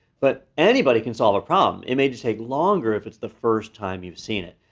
but anybody can solve a problem, it may just take longer if it's the first time you've seen it.